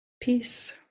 peace